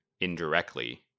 indirectly